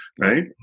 right